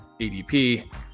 ADP